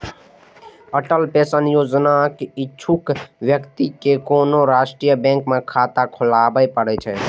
Atal pension योजनाक इच्छुक व्यक्ति कें कोनो राष्ट्रीय बैंक मे खाता खोलबय पड़ै छै